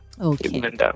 Okay